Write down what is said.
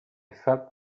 felt